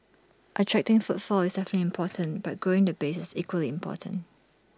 attracting footfall is definitely important but growing the base is equally important